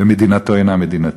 ומדינתו אינה מדינתי.